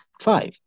Five